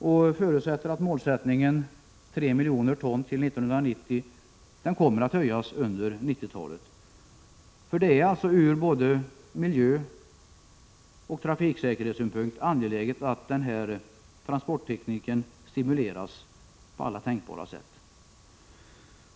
Utskottet förutsätter att målsättningen, som är 3 miljoner ton till 1990, kommer att höjas under 90-talet. Det är från både miljösynpunkt och trafiksäkerhetssynpunkt angeläget att denna transportteknik stimuleras på alla tänkbara sätt.